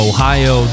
Ohio